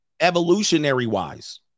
evolutionary-wise